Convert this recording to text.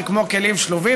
זה כמו כלים שלובים,